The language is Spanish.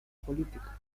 policía